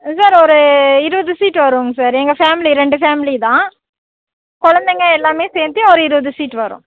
sir ஒரு இருபது seat வருவோங்க சார் எங்கள் ஃபேமிலி ரெண்டு ஃபேமிலிதான் குழந்தைங்க எல்லாமே சேர்த்து ஒரு இருபது சீட் வரும்